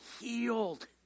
healed